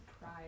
pride